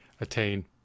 attain